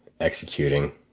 executing